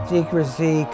Secrecy